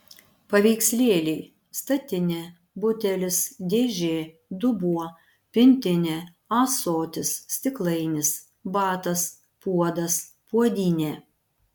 paveikslėliai statinė butelis dėžė dubuo pintinė ąsotis stiklainis batas puodas puodynė